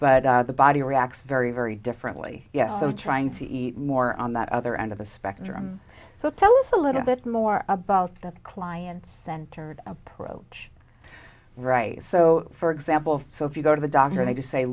but the body reacts very very differently yes so trying to eat more on that other end of the spectrum so tell us a little bit more about that client's centered approach right so for example so if you go to the doctor and